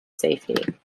safety